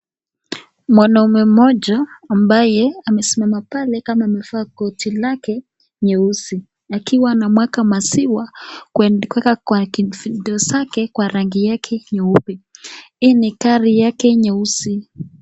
Mwanaume mmoja ambaye amesimama pale kama amevaa koti lake nyeusi, akiwa anamwaga maziwa kueka kwa ndoo zake ,kwa rangi yake nyeupe. Hii ni gari yake nyeusi.